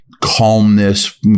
calmness